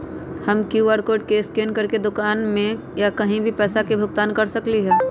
हम QR code scan करके दुकान में या कहीं भी पैसा के भुगतान कर सकली ह?